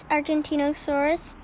Argentinosaurus